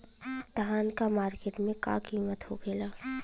धान क मार्केट में का कीमत होखेला?